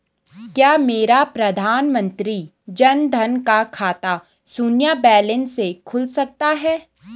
क्या मेरा प्रधानमंत्री जन धन का खाता शून्य बैलेंस से खुल सकता है?